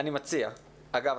אני מציע ואגב,